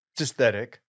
aesthetic